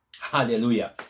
Hallelujah